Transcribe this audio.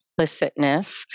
implicitness